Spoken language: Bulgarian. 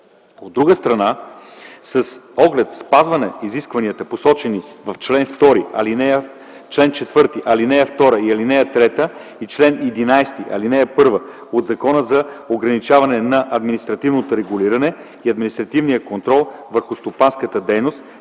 От друга страна, с оглед спазване на изискванията, посочени в чл. 4, алинеи 2 и 3 и чл. 11, ал. 1 от Закона за ограничаване на административното регулиране и административния контрол върху стопанската дейност,